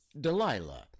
Delilah